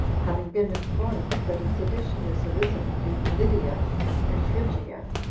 having been informed that a sedition is arisen in lydia and phrygia,